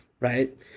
right